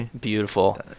Beautiful